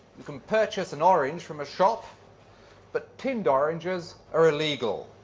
you can purchase an orange from a shop but tinned oranges are illegal.